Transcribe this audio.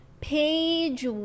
Page